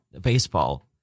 baseball